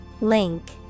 Link